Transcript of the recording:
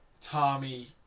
Tommy